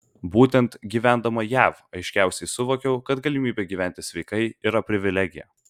būtent gyvendama jav aiškiausiai suvokiau kad galimybė gyventi sveikai yra privilegija